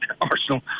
Arsenal